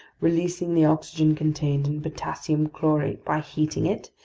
releasing the oxygen contained in potassium chlorate by heating it,